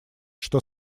что